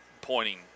pointing